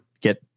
get